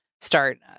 start